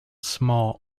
small